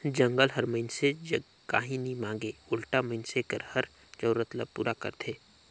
जंगल हर मइनसे जग काही नी मांगे उल्टा मइनसे कर हर जरूरत ल पूरा करथे